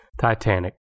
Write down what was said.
Titanic